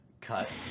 cut